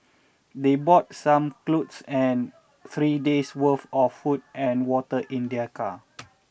they brought some clothes and three days' worth of food and water in their car